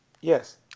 Yes